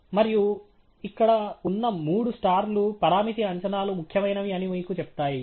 మరియు ఇక్కడ ఉన్న మూడు స్టార్ లు పరామితి అంచనాలు ముఖ్యమైనవి అని మీకు చెప్తాయి